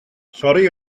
sori